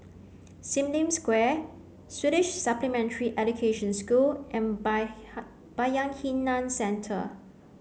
Sim Lim Square Swedish Supplementary Education School and Bayanihan Center